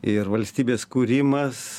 ir valstybės kūrimas